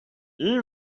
این